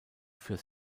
fürs